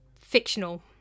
fictional